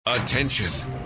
Attention